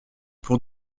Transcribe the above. pour